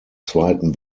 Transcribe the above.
zweiten